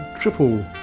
triple